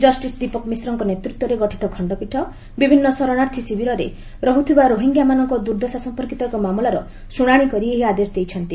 justice Deepak ମିଶ୍ରଙ୍କ ନେତୃତ୍ୱରେ ଗଠିତ ଖଣ୍ଡପୀଠ ବିଭିନ୍ନ ସରଣାର୍ଥୀ ସିବିରରେ ରହୁଥିବା ରୋହିଙ୍ଗ୍ୟାମାନଙ୍କ ଦୁର୍ଦ୍ଦଶା ସମ୍ପର୍କୀତ ଏକ ମାମଲାର ଶୁଣାଣି କରି ଏହି ଆଦେଶ ଦେଇଛନ୍ତି